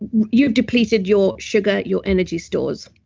you've depleted your sugar, your energy stores.